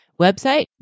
Website